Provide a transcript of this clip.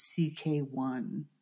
CK1